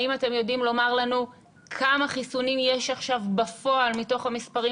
האם אתם יודעים לומר לנו כמה חיסונים יש עכשיו בפועל מתוך המספרים